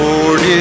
Lord